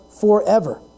forever